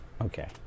Okay